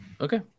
Okay